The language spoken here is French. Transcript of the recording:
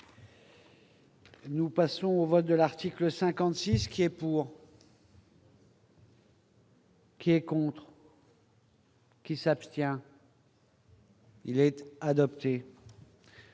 Nous passons au vote de l'article 56 qui est pour. Qui est contre. Qui s'abstient. Il a été adopté.